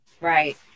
Right